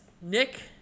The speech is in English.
Nick